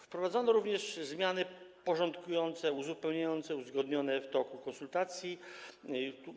Wprowadzono również zmiany porządkujące i uzupełniające uzgodnione w toku konsultacji.